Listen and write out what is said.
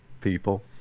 people